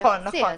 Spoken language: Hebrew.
נכון, נכון.